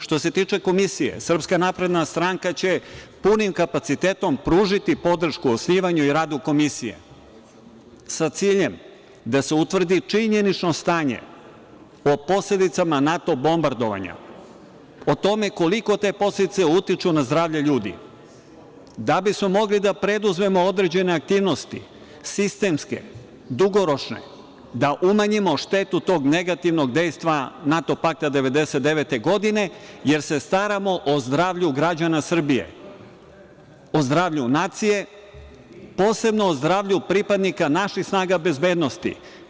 Što se tiče komisije, SNS će punim kapacitetom pružiti podršku osnivanju i radu komisije, a sa ciljem da se utvrdi činjenično stanje o posledicama NATO bombardovanja, o tome koliko te posledice utiču na zdravlje ljudi, a da bismo mogli da preduzmemo određene aktivnosti, sistemske, dugoročne, da umanjimo štetu tog negativnog dejstva NATO pakta 1999. godine, jer se staramo o zdravlju građana Srbije, o zdravlju nacije, posebno o zdravlju pripadnika naših snaga bezbednosti.